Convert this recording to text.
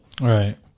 right